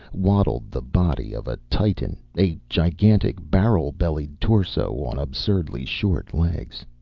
waddled the body of a titan, a gigantic, barrel-bellied torso on absurdly short legs.